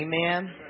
amen